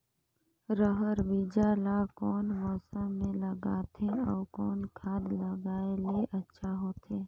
रहर बीजा ला कौन मौसम मे लगाथे अउ कौन खाद लगायेले अच्छा होथे?